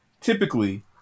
typically